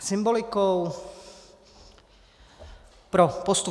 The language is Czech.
Symbolikou pro postup